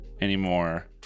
Anymore